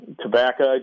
tobacco